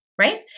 Right